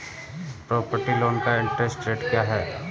Property loan का interest rate क्या है?